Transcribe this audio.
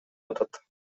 атат